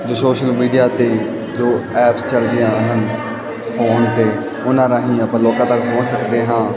ਜੋ social media ਤੇ ਜੋ ਐਪਸ ਚਲਦੀਆਂ ਹਨ ਫੋਨ ਤੇ ਉਹਨਾਂ ਰਾਹੀਂ ਆਪਾਂ ਲੋਕਾਂ ਤੱਕ ਪਹੁੰਚ ਸਕਦੇ ਹਾਂ